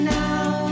now